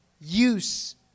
use